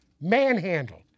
Manhandled